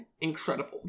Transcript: incredible